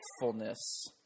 faithfulness